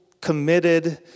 committed